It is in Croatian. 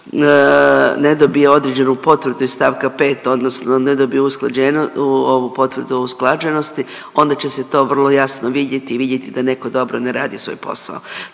ne dobije određenu potvrdu iz stavka 5. odnosno ne dobije potvrdu o usklađenosti onda će se to vrlo jasno vidjeti i vidjeti da netko dobro ne radi svoj posao.